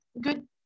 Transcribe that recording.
good